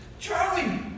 Charlie